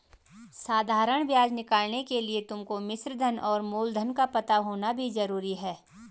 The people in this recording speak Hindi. साधारण ब्याज निकालने के लिए तुमको मिश्रधन और मूलधन का पता होना भी जरूरी है